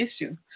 issue